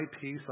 peace